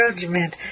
judgment